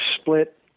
split